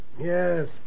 Yes